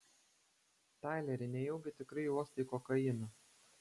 taileri nejaugi tikrai uostai kokainą